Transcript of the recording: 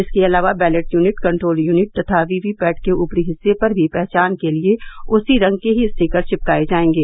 इसके अलावा ballot unit control unit तथा वीवीपैट के ऊपरी हिस्से पर भी पहचान के लिए उसी रंग के ही स्टीकर चिपकाये जायेंगे